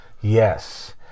yes